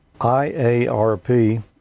IARP